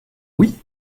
oui